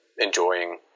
enjoying